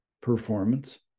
performance